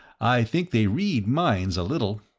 i think they read minds a little.